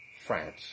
France